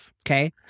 Okay